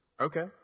Okay